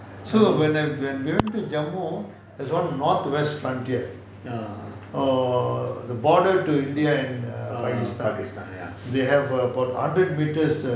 so when I've been to jammu there's one north west frontier err the border to india and err pakistan they have err about hundred metres err